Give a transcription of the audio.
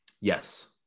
Yes